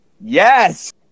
Yes